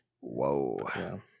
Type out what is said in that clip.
Whoa